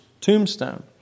tombstone